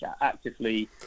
actively